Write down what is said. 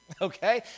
Okay